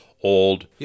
old